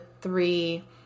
three